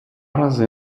рази